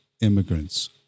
immigrants